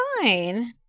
fine